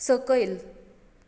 सकयल